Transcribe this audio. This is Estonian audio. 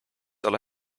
alla